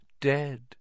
Dead